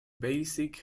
basic